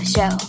Show